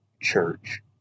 church